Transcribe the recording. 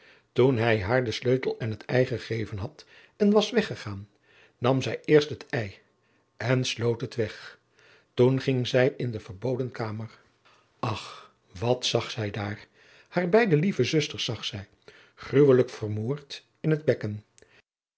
toen hij haar de sleutel en het ei gegeven had en was weggegaan nam zij eerst het ei en sloot het weg en toen ging zij in de verboden kamer ach wat zag zij daar haar beide lieve zusters zag zij gruwelijk vermoord in het bekken